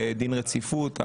דין רציפות.